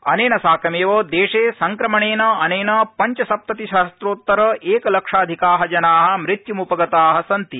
अनेन साकमेव देशे संक्रमणेन अनेन पञ्चसप्तति सहस्रोत्तर एक लक्षाधिका जना मृत्युम्पगता सन्ति